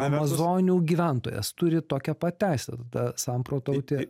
amazonių gyventojas turi tokią pat teisę tada samprotauti